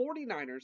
49ers